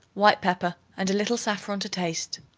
white pepper and a little saffron to taste.